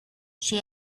she